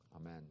Amen